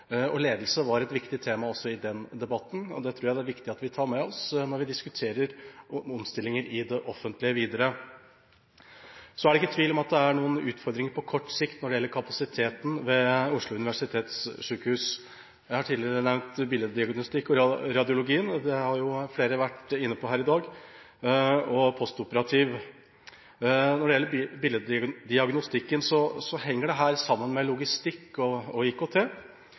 og ledelse var et viktig tema også i den debatten. Det tror jeg det er viktig at vi tar med oss videre når vi diskuterer omstillinger i det offentlige. Det er ikke tvil om at det er noen utfordringer på kort sikt når det gjelder kapasiteten ved Oslo universitetssykehus. Jeg har tidligere nevnt billeddiagnostikk og radiologi – som flere har vært inne på her i dag – og postoperativ. Når det gjelder billeddiagnostikken, henger det sammen med logistikk og IKT.